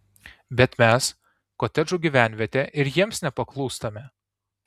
bet mes kotedžų gyvenvietė ir jiems nepaklūstame